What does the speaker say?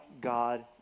God